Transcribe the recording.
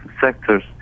sectors